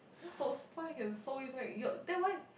so spoil can sew it back your then why